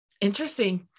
interesting